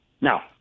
Now